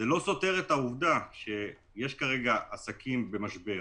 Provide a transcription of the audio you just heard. זה לא סותר את העובדה שיש כרגע עסקים במשבר,